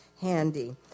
handy